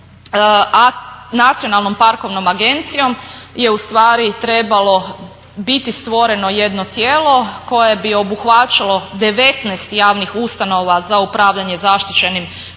Nacionalnom parkovnom agencijom je ustvari trebalo biti stvoreno jedno tijelo koje bi obuhvaćalo 19 javnih ustanova za upravljanje zaštićenim